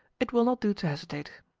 it will not do to hesitate.